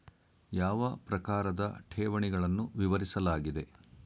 ಯಾವ ಪ್ರಕಾರದ ಠೇವಣಿಗಳನ್ನು ವಿವರಿಸಲಾಗಿದೆ?